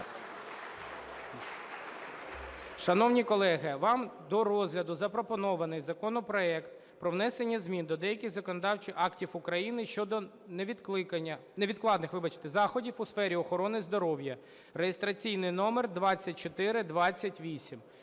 Шановні колеги, вам до розгляду запропонований законопроект про внесення змін до деяких законодавчих актів України щодо невідкладних заходів у сфері охорони здоров'я (реєстраційний номер 2428).